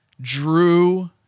Drew